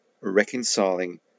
reconciling